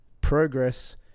progress